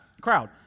crowd